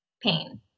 pain